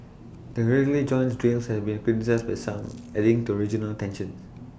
the regular joint drills have been criticised by some adding to regional tensions